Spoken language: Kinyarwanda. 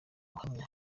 uhamya